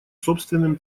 собственным